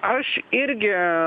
aš irgi